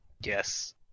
yes